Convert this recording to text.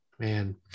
Man